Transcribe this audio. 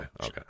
Okay